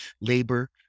labor